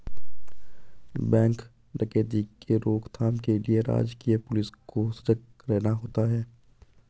bank डकैती के रोक थाम के लिए राजकीय पुलिस को सजग रहना होता है